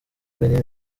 benin